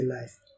life